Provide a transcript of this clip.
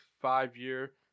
five-year